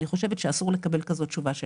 אני חושבת שאסור לקבל כזאת תשובה שלהם.